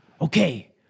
Okay